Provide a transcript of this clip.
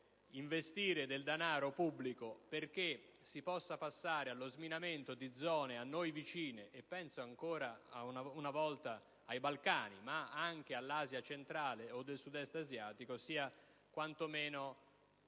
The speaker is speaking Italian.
investire denaro pubblico perché si possa passare allo sminamento di zone a noi vicine; penso ancora una volta ai Balcani, ma anche all'Asia centrale o al Sud-Est asiatico. Questi sono